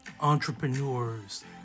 entrepreneurs